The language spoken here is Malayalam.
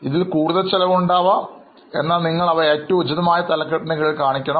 ഇതിൽ കൂടുതൽ ചെലവുകൾ ഉണ്ടാകാം എന്നാൽ നിങ്ങൾ അവ ഏറ്റവും ഉചിതമായ തലക്കെട്ടിനു കീഴിൽ കാണിക്കണം